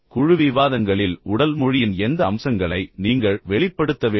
ஒட்டுமொத்தமாக குழு விவாதங்களில் உடல் மொழியின் எந்த அம்சங்களை நீங்கள் வெளிப்படுத்த வேண்டும்